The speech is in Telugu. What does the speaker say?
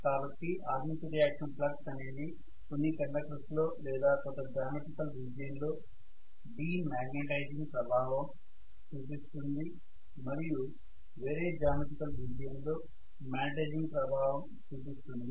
కాబట్టి ఆర్మేచర్ రియాక్షన్ ఫ్లక్స్ అనేది కొన్ని కండెక్టర్స్ లో లేదా కొంత జామెట్రికల్ రీజియన్ లో డి మాగ్నెటైజింగ్ ప్రభావం చూపిస్తుంది మరియు వేరే జామెట్రికల్ రీజియన్ లో మాగ్నెటైజింగ్ ప్రభావం చూపిస్తుంది